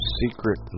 secret